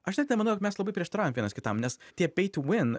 aš net nemanau jog mes labai prieštaraujam vienas kitam nes tie pei tū vin